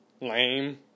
Lame